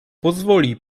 pozwoli